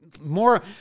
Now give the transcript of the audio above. more